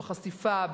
בחשיפה,